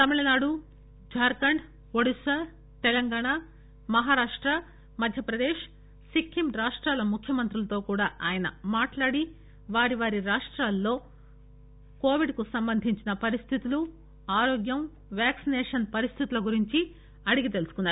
తమిళనాడు జార్ఖండ్ ఒడిషా తెలంగాణ మహారాష్ట మధ్యప్రదేశ్ సిక్కిం రాష్టాల ముఖ్యమంత్రులతో కూడా ఆయన మాట్లాడి వారివారి రాష్టాల్లో కోవిడ్ కు సంబంధించిన పరిస్దితులు ఆరోగ్యం వ్యాక్సినేషన్ పరిస్థితుల గురించి అడిగి తెలుసుకున్నారు